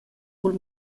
cul